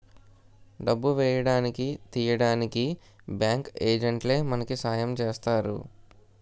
డబ్బు వేయడానికి తీయడానికి బ్యాంకు ఏజెంట్లే మనకి సాయం చేస్తారు